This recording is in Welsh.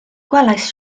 gwelais